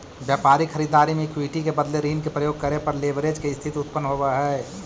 व्यापारिक खरीददारी में इक्विटी के बदले ऋण के प्रयोग करे पर लेवरेज के स्थिति उत्पन्न होवऽ हई